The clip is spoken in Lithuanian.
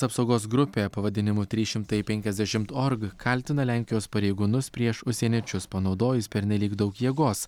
apsaugos grupė pavadinimu trys šimtai penkiasdešimt org kaltina lenkijos pareigūnus prieš užsieniečius panaudojus pernelyg daug jėgos